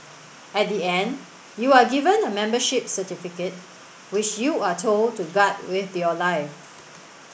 at the end you are given a membership certificate which you are told to guard with your life